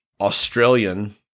Australian